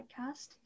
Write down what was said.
Podcast